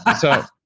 ah so